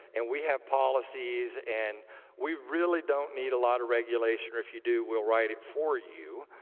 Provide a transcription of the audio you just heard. and we have policies, and we really don't need a lot of regulation or if you do, we'll write it for you.